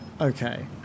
Okay